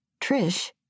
Trish